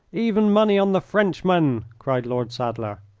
even money on the frenchman, cried lord sadler.